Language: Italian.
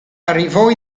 arrivò